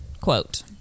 quote